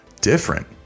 different